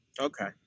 Okay